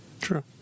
True